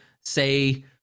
say